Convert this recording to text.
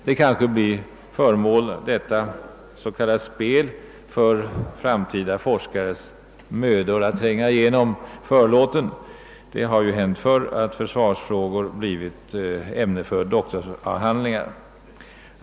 Detta s.k. spel kanske blir föremål för framtida forskares mödor när de skall tränga igenom förlåten. Det har hänt förr att försvarsfrågor blir ämne för doktorsavhandlingar.